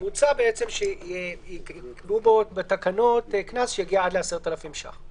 מוצע שיקבעו בו בתקנות קנס שיגיע עד ל-10,000 ש"ח.